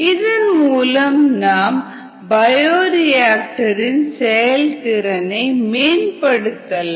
இதன் மூலம் நாம் பயோரியாக்டர் இன் செயல்திறனை மேம்படுத்தலாம்